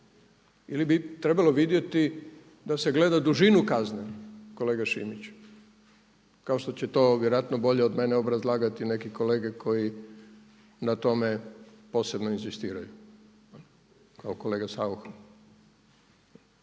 Ili bi trebalo vidjeti da se gleda dužinu kazne, kolega Šimiću? Kao što će to vjerojatno bolje od mene obrazlagati neki kolege koji na tome posebno inzistiraju, kao kolega Saucha.